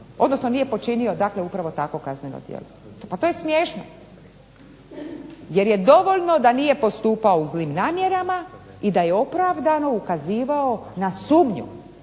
odnosno nije počinio dakle upravo takvo kazneno djelo. Pa to je smiješno! Jer je dovoljno da nije postupao u zlim namjerama i da je opravdano ukazivao na sumnju.